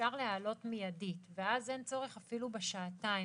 אפשר להעלות מידית, ואז אין צורך אפילו בשעתיים.